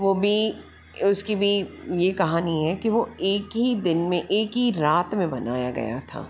वो भी उसकी भी ये कहानी है कि वो एक ही दिन में एक ही रात में बनाया गया था